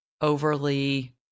overly